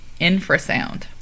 Infrasound